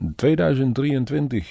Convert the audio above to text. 2023